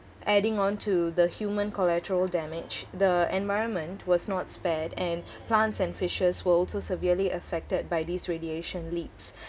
adding on to the human collateral damage the environment was not spared and plants and fishes were also severely affected by these radiation leaks